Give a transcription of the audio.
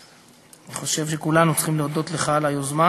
אני חושב שכולנו צריכים להודות לך על היוזמה